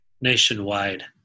nationwide